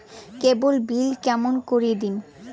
কেবল bill কেমন করি দিম?